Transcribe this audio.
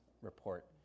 report